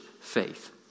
faith